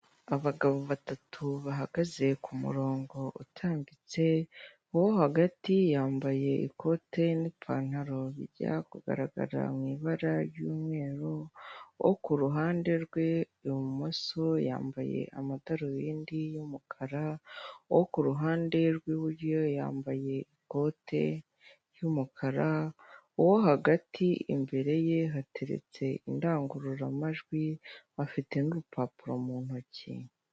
Abagabo batatu bahagaze ku murongo utambitse, uwo hagati yambaye ikote n'ipantaro bijya kugaragara mu ibara ry'umweru, uwo ku ruhande rwe ibumoso yambaye amadarubindi y'umukara, uwo ku ruhande rw'iburyo yambaye ikote ry'umukara, uwo hagati imbere ye hateretse indangururamajwi afite n'urupapuro mu ntoki.